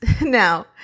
Now